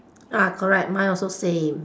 uh correct mine also same